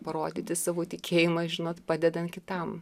parodyti savo tikėjimą žinot padedant kitam